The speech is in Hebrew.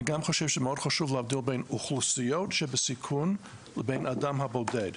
אני גם חושב שמאוד חשוב להבדיל בין אוכלוסיות שבסיכון לבין האדם הבודד.